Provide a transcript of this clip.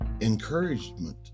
Encouragement